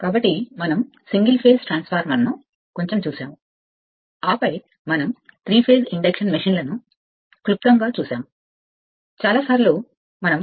కాబట్టి మనం single phase ట్రాన్స్ఫార్మర్ను కొంచెం చూశాము అప్పుడు మనం మీ 3 ఫేస్ ఇండక్షన్ మెషీన్లను క్లుప్తంగా కుడివైపు మాత్రమే చూశాము